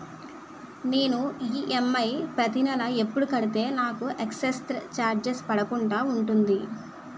నేను ఈ.ఎమ్.ఐ ప్రతి నెల ఎపుడు కడితే నాకు ఎక్స్ స్త్ర చార్జెస్ పడకుండా ఉంటుంది?